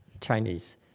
Chinese